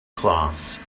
cloths